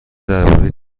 درباره